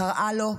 שקראה לו קדוש,